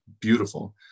beautiful